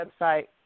website